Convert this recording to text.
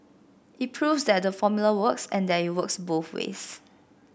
it proves that the formula works and that it works both ways